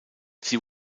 sie